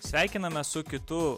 sveikinamės su kitu